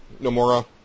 Nomura